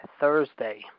Thursday